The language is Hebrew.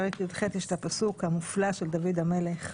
בפרק י"ח יש את הפסוק המופלא של דוד המלך: